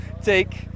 take